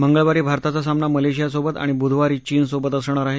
मंगळवारी भारताचा सामना मलेशियासोबत आणि बुधवारी चीनसोबत असणार आहे